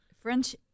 French